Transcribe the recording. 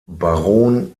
baron